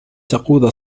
تقود